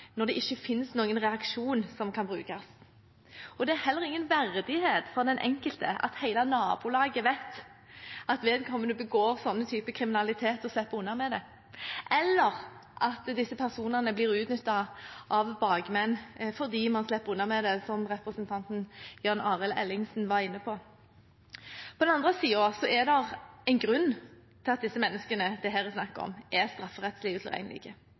når det ikke finnes noen reaksjon som kan brukes, og det er heller ingen verdighet for den enkelte at hele nabolaget vet at vedkommende begår slike typer kriminalitet og slipper unna med det, eller at disse personene blir utnyttet av bakmenn fordi man slipper unna med det, som representanten Jan Arild Ellingsen var inne på. På den annen side er det en grunn til at disse menneskene det her er snakk om, er strafferettslig